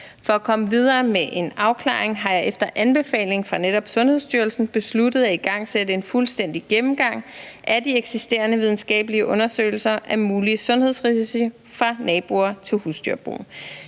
For at komme videre med en afklaring har jeg efter anbefaling fra netop Sundhedsstyrelsen besluttet at igangsætte en fuldstændig gennemgang af de eksisterende videnskabelige undersøgelser af mulige sundhedsrisici for naboer til husdyrbrug.